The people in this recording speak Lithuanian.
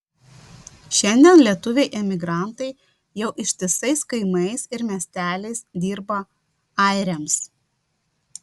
šiandien lietuviai emigrantai jau ištisais kaimais ir miesteliais dirba airiams